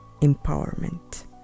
empowerment